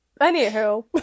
Anywho